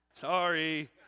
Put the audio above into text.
Sorry